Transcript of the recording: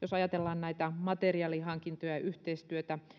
jos ajatellaan näitä materiaalihankintoja yhteistyötä